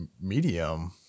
medium